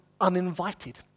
uninvited